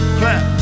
clap